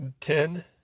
ten